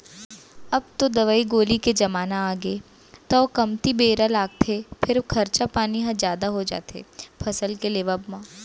अब तो दवई गोली के जमाना आगे तौ कमती बेरा लागथे फेर खरचा पानी ह जादा हो जाथे फसल के लेवब म